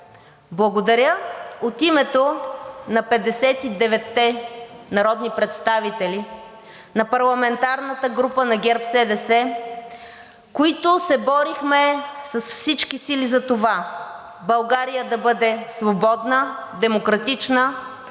Благодаря, от името на 59-те народни представители на парламентарната група на ГЕРБ-СДС, които се борихме с всички сили за това България да бъде свободна, демократична